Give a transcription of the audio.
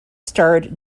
starred